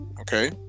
Okay